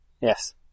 Yes